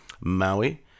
Maui